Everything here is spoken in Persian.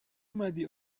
اومدی